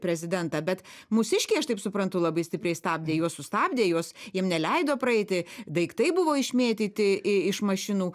prezidentą bet mūsiškiai aš taip suprantu labai stipriai stabdė juos sustabdė juos jiem neleido praeiti daiktai buvo išmėtyti iš mašinų